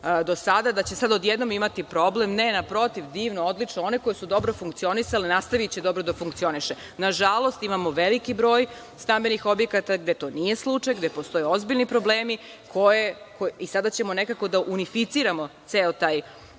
do sada, da će sada odjednom imati problem, ne, naprotiv, divno, odlično, one koje su dobro funkcionisale nastaviće da dobru funkcionišu. Nažalost imamo veliki broj stambenih objekata gde to nije slučaj, gde postoje ozbiljni problemi i sada ćemo nekako da unificiramo ceo taj način